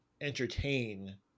entertain